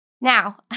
Now